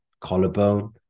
collarbone